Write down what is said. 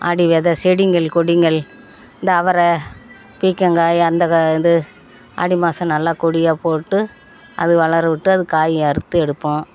ஆடி வெதை செடிகள் கொடிகள் இந்த அவரை பீர்க்கங்காயி அந்த இது ஆடி மாசம் நல்லா கொடியாக போட்டு அது வளர விட்டு அது காய் அறுத்து எடுப்போம்